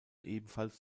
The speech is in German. ebenfalls